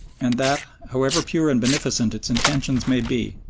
and that, however pure and beneficent its intentions may be,